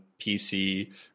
PC